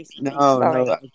no